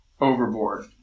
overboard